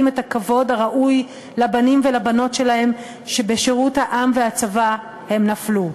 את הכבוד הראוי לבנים ולבנות שלהם שבשירות העם והצבא הם נפלו.